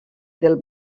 del